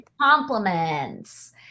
Compliments